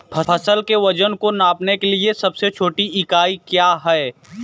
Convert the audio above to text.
फसल के वजन को नापने के लिए सबसे छोटी इकाई क्या है?